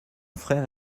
frère